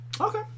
Okay